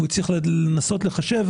והוא צריך לנסות לחשב,